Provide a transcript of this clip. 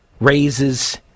raises